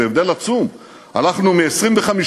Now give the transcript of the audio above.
זה הבדל עצום: הלכנו מ-25,000,